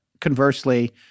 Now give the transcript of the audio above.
conversely